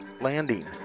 landing